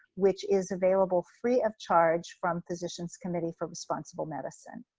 which is available free of charge from physicians committee for responsible medicine.